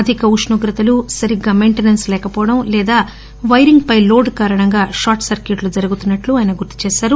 అధిక ఉష్ణోగ్రతలు సరిగ్గా మెయింటెనెస్స్ లేకపోవడం లేదా వైరింగ్ పై లోడ్ కారణంగా షార్ట్ సర్క్యూట్లు జరుగుతున్నట్లు ఆయన గుర్తుచేశారు